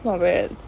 not bad